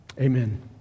Amen